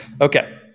Okay